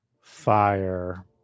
fire